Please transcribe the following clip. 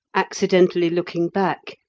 accidentally looking back,